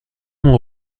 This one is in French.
mon